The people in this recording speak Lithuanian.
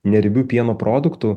neriebių pieno produktų